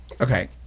Okay